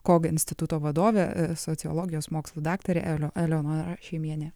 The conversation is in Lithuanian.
kog instituto vadovė sociologijos mokslų daktarė eleonora šeimienė